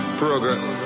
progress